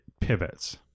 pivots